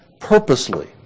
purposely